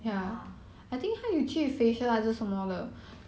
orh